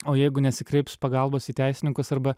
o jeigu nesikreips pagalbos į teisininkus arba